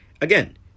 Again